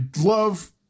love